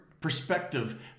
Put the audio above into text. perspective